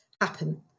happen